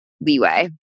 leeway